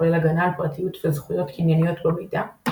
כולל הגנה על פרטיות וזכויות קנייניות במידע.